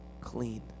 clean